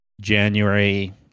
January